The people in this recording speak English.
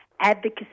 advocacy